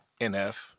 NF